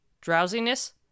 drowsiness